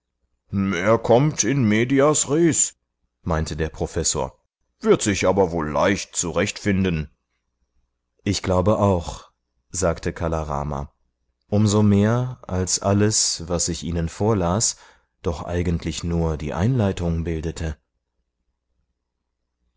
er kommt medias in res meinte der professor wird sich aber wohl leicht zurechtfinden ich glaube auch sagte kala rama um so mehr als alles was ich ihnen vorlas doch eigentlich nur die einleitung bildete